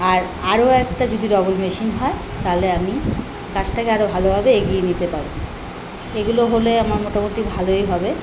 আর আরো একটা যদি ডবল মেশিন হয় তালে আমি কাজটাকে আরো ভালোভাবে এগিয়ে নিতে পারবো এগুলো হলে আমার মোটামুটি ভালোই হবে